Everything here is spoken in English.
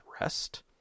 rest